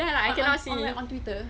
on what on Twitter